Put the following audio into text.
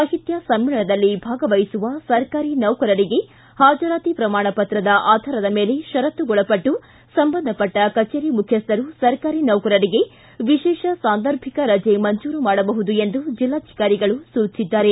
ಸಾಹಿತ್ಯ ಸಮ್ಮೇಳನದಲ್ಲಿ ಭಾಗವಹಿಸುವ ಸರ್ಕಾರಿ ನೌಕರರಿಗೆ ಹಾಜರಾತಿ ಪ್ರಮಾಣ ಪತ್ರದ ಆಧಾರದ ಮೇಲೆ ಷರತ್ತುಗೊಳಪಟ್ಟು ಸಂಬಂಧಪಟ್ಟ ಕಚೇರಿ ಮುಖ್ಯಸ್ಥರು ಸರ್ಕಾರಿ ನೌಕರರಿಗೆ ವಿಶೇಷ ಸಾಂದರ್ಭಿಕ ರಜೆ ಮಂಜೂರು ಮಾಡಬಹುದು ಎಂದು ಜಿಲ್ಲಾಧಿಕಾರಿಗಳು ಸೂಚಿಸಿದ್ದಾರೆ